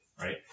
right